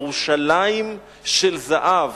ירושלים של זהב,